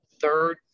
third